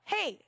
Hey